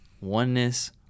oneness